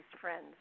friends